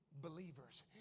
believers